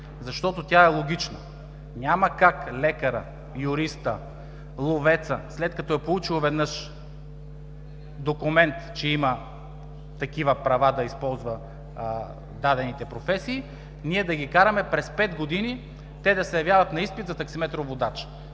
защото тя е логична. Няма как лекарят, юристът, ловецът, след като е получил веднъж документ, че има такива права – да използва дадените професии, ние да ги караме през пет години те да се явяват на изпит за таксиметров водач.